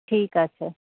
ঠিক আছে